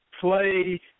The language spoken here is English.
play